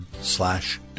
slash